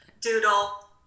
Doodle